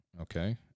okay